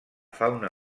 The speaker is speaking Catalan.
fauna